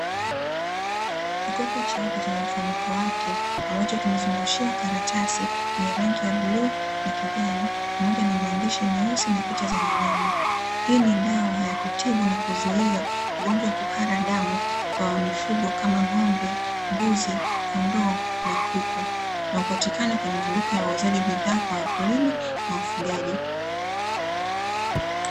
Kikopo cheupe chenye mfuniko wake ambacho kimezungushiwa karatasi yenye rangi ya bluu na kijani, pamoja na maandishi meusi na picha za wanyama. Hii ni dawa ya kutibu na kuzuia ugonjwa wa kuhara damu kwa mifugo kama ng'ombe, mbuzi, kondoo na kuku. Na hupatikana kwenye maduka ya wauzaji bidhaa kwa wakulima na wafugaji.